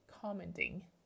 commenting